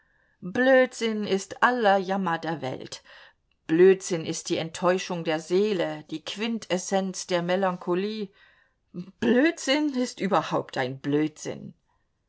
blödsinn ist aller jammer der welt blödsinn ist die enttäuschung der seele die quintessenz der melancholie blödsinn ist überhaupt ein blödsinn